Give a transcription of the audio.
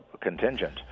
contingent